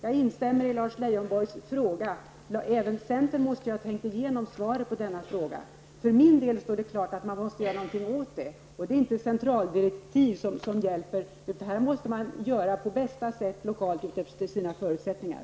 Jag instämmer i Lars Leijonborgs fråga, för även centern måste ha tänkt igenom frågan och ha svaret. För min del står det klart att man måste göra någonting åt saken. Det är inte centraldirektiv som gäller, utan här måste man göra på bästa sätt lokalt efter sina förutsättningar.